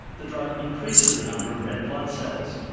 the drug increases the number of red blood cells,